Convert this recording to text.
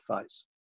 face